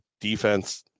defense